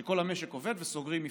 כששכל המשק עובד סוגרים מפעל.